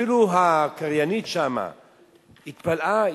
אפילו הקריינית שם התפלאה,